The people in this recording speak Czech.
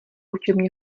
učebně